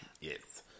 Yes